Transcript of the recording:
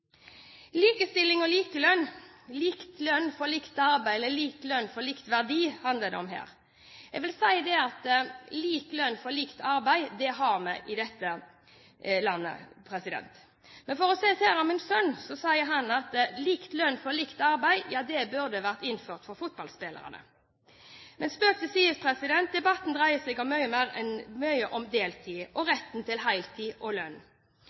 Likestilling og likelønn – lik lønn for likt arbeid, eller lik lønn for lik verdi, handler det om her. Jeg vil si at lik lønn for likt arbeid har vi i dette landet. Men for å sitere min sønn: Han sier at lik lønn for likt arbeid burde vært innført for fotballspillerne. Men spøk til side – debatten dreier seg mye om deltid og retten til heltid og lønn.